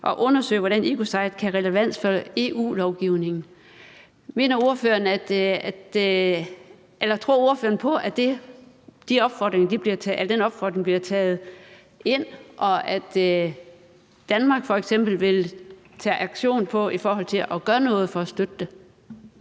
og undersøger, hvordan ecocide kan have relevans for EU-lovgivning. Tror ordføreren på, at den opfordring bliver taget ind, og at Danmark f.eks. vil tage aktion i forhold til at gøre noget for at støtte det?